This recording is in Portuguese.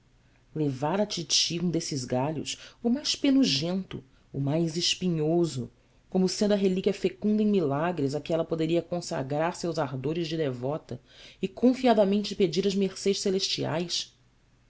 levar à titi um desses galhos o mais penugento o mais espinhoso como sendo a relíquia fecunda em milagres a que ela poderia consagrar seus ardores de devota e confiadamente pedir as mercês celestiais